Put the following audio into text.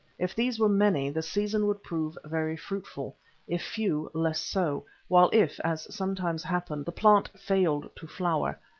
if these were many the season would prove very fruitful if few, less so while if, as sometimes happened, the plant failed to flower,